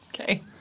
Okay